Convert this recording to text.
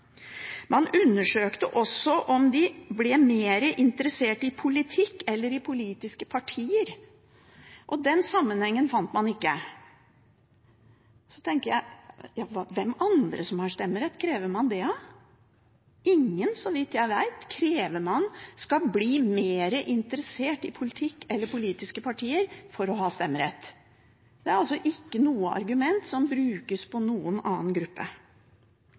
Man undersøkte også om de ble mer interessert i politikk eller i politiske partier, og den sammenhengen fant man ikke. Så tenker jeg: Hvem andre som har stemmerett, krever man det av? Ingen, så vidt jeg vet, krever man skal bli mer interessert i politikk eller politiske partier for å ha stemmerett. Det er altså ikke noe argument som brukes på noen annen gruppe.